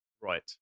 Right